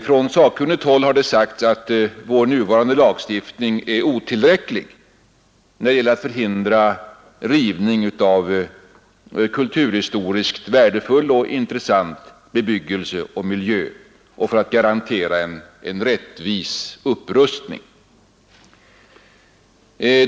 Från sakkunnigt håll har det sagts att vår nuvarande lagstiftning är otillräcklig när det gäller att förhindra rivning av kulturhistoriskt värdefull och intressant bebyggelse och miljöer och för att garantera en rättvis upprustning.